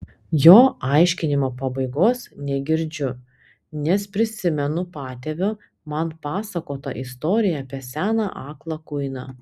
jo aiškinimo pabaigos negirdžiu nes prisimenu patėvio man pasakotą istoriją apie seną aklą kuiną